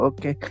Okay